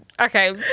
Okay